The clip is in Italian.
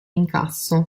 incasso